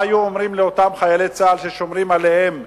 מה היו אומרים לאותם חיילי צה"ל ששומרים עליהם?